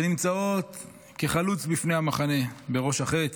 שנמצאות כחלוץ בפני המחנה, בראש החץ,